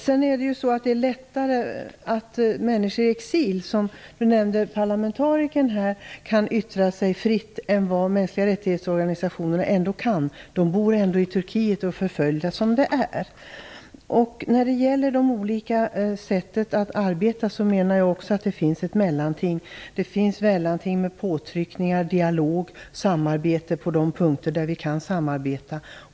Det är lättare för människor i exil att yttra sig fritt än vad mänskliga rättighets-organisationer kan för de är förföljda i När det gäller de olika sätten att arbeta menar jag att det finns ett mellanting med påtryckningar, dialog, samarbete på de områden där vi kan samarbeta.